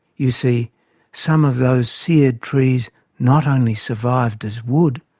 you see some of those seared trees not only survived as wood,